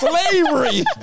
Slavery